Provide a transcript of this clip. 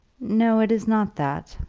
no it is not that.